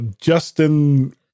Justin